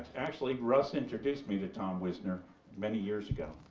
actually, russ introduced me to tom woosner many years ago.